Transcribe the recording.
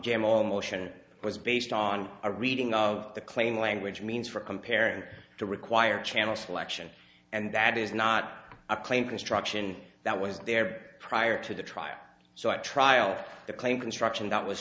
or motion was based on a reading of the claim language means for comparing to require channel selection and that is not a claim construction that was there prior to the trial so at trial the claim construction that was